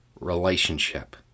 relationship